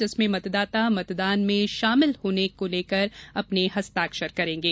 जिसमें मतदाता मतदान में शामिल होने को लेकर अपने हस्ताक्षर करेंगे